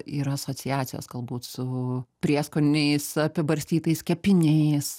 yra asociacijos galbūt su prieskoniais apibarstytais kepiniais